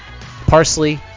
Parsley